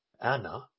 Anna